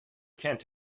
kent